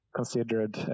considered